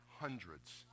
hundreds